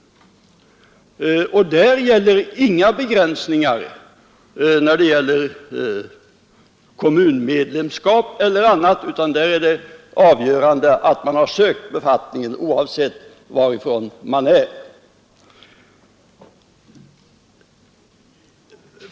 Där gäller inga begränsningar i fråga om kommunmedlemskap eller annat, utan där är det avgörande att man har sökt befattningen, oavsett varifrån man är.